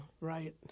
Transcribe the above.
right